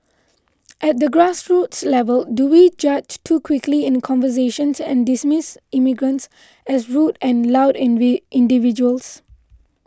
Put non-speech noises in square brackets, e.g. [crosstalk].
at the grassroots level do we judge too quickly in conversations and dismiss immigrants as rude and loud [hesitation] individuals